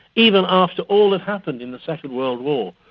even after all that happened in the second world war,